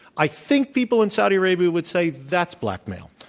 i think people in saudi arabia would say that's blackmail.